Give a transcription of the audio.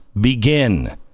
begin